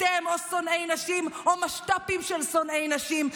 אתם או שונאי נשים או משת"פים של שונאי נשים,